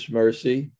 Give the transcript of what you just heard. mercy